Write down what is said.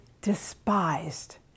despised